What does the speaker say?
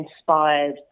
inspired